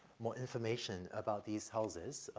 more information about these houses,